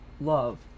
Love